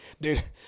dude